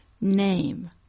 name